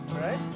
right